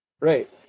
Right